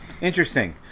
Interesting